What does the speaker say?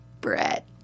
Brett